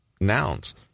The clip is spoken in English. nouns